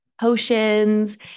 potions